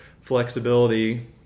flexibility